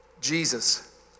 Jesus